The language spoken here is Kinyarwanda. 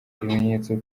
ibimenyetso